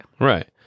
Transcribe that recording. Right